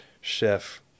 chef